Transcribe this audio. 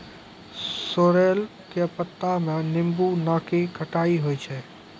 sorrel के पत्ता मॅ नींबू नाकी खट्टाई होय छै